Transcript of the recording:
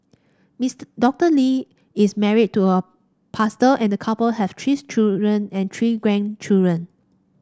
Mister Doctor Lee is married to a pastor and the couple have children and three grandchildren